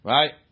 Right